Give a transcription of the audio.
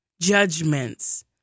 judgments